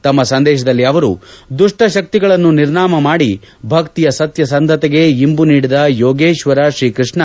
ತಮ್ಮ ಸಂದೇಶದಲ್ಲಿ ಅವರು ದುಷ್ವಶಕ್ತಿಗಳನ್ನು ನಿರ್ನಾಮಮಾಡಿ ಭಕ್ತಿಯ ಸತ್ಯಸಂಧತೆಗೆ ಇಂಬುನೀಡಿದ ಯೋಗೇಶ್ವರ ಶ್ರೀಕೃಷ್ಣ